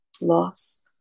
loss